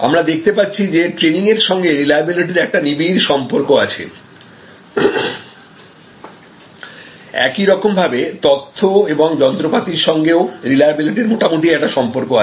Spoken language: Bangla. আমরা দেখতে পাচ্ছি যে ট্রেনিং এর সঙ্গে রিলাইবেলিটির একটা নিবিড় সম্পর্ক আছে একইরকমভাবে তথ্য এবং যন্ত্রপাতির সঙ্গে ও রিলাইবেলিটির মোটামুটি একটা সম্পর্ক আছে